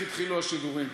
איך התחילו השידורים,